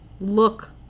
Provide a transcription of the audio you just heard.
look